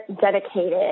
dedicated